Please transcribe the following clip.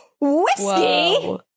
Whiskey